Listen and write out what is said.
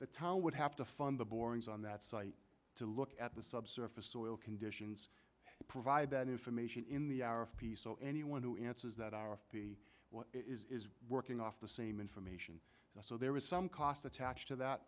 the tao would have to fund the borings on that site to look at the subsurface soil conditions and provide that information in the hour of peace so anyone who answers that our fee what is working off the same information so there is some cost attached to that